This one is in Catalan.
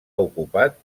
ocupat